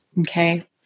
Okay